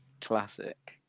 Classic